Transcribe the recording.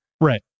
Right